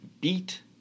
beat